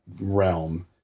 realm